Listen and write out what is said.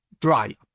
dry